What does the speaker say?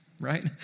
Right